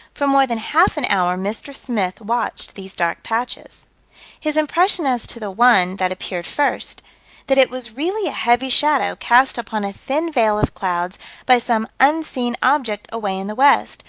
for more than half an hour mr. smith watched these dark patches his impression as to the one that appeared first that it was really a heavy shadow cast upon a thin veil of clouds by some unseen object away in the west,